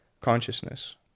consciousness